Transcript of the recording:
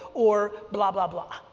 or blah, blah, blah.